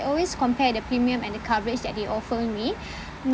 always compare the premium and the coverage that they offer me